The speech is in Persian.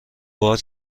بار